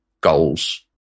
goals